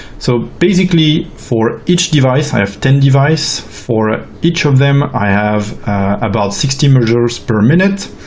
so basically, for each device, i have ten device for each of them, i have about sixty measures per minute,